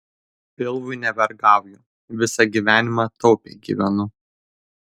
pilvui nevergauju visą gyvenimą taupiai gyvenu